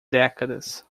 décadas